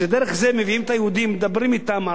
שדרך זה מביאים את היהודים,